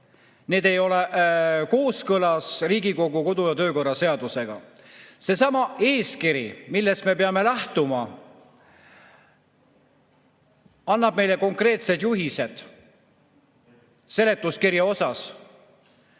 need ei ole kooskõlas Riigikogu kodu- ja töökorra seadusega. Seesama eeskiri, millest me peame lähtuma, annab meile konkreetsed juhised seletuskirja osas,